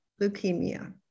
leukemia